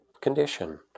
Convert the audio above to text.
condition